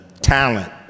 talent